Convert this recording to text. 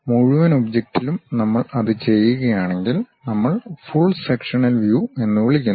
മുഴുവൻ ഒബ്ജക്റ്റിലും നമ്മൾ അത് ചെയ്യുകയാണെങ്കിൽ നമ്മൾ ഫുൾ സെക്ഷനൽ വ്യു എന്ന് വിളിക്കുന്നു